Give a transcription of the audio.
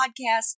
podcast